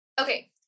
Okay